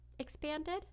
Expanded